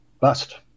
bust